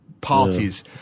parties